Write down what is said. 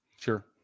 Sure